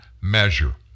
measure